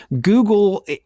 Google